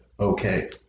Okay